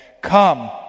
Come